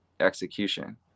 execution